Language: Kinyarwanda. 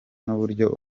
n’uburyo